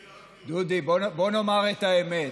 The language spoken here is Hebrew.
דודי, בוא נאמר את האמת.